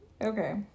Okay